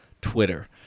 Twitter